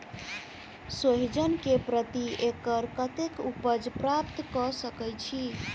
सोहिजन केँ प्रति एकड़ कतेक उपज प्राप्त कऽ सकै छी?